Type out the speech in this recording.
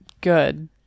good